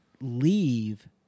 leave